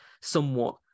somewhat